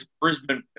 Brisbane